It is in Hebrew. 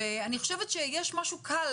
יש משהו קל